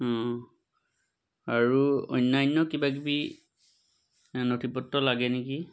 আৰু অন্যান্য কিবা কিবি নথি পত্ৰ লাগে নেকি